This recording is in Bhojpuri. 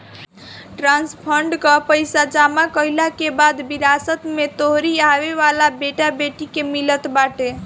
ट्रस्ट फंड कअ पईसा जमा कईला के बाद विरासत में तोहरी आवेवाला बेटा बेटी के मिलत बाटे